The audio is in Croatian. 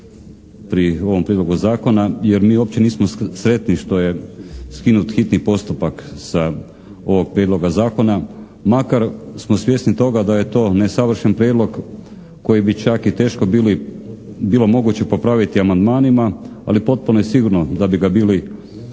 pri ovom prijedlogu zakona, jer mi uopće nismo sretno što je skinut hitni postupak sa ovog prijedloga zakona makar smo svjesni toga da je to nesavršen prijedlog koji bi čak i teško bilo moguće popraviti amandmanima, ali potpuno je sigurno da bi ga bili